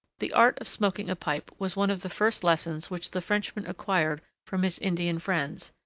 the art of smoking a pipe was one of the first lessons which the frenchman acquired from his indian friends,